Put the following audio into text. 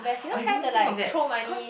I didn't even think of that cause